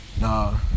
Nah